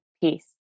peace